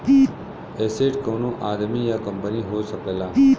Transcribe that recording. asset कउनो आदमी या कंपनी हो सकला